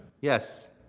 yes